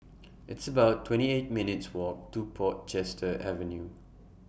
It's about twenty eight minutes Walk to Portchester Avenue